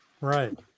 right